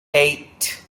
eight